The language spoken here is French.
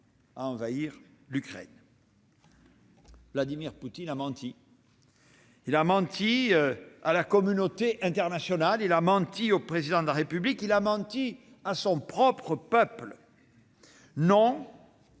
à envahir l'Ukraine. Vladimir Poutine a menti. Il a menti à la communauté internationale, il a menti au Président de la République, il a menti à son propre peuple. Non,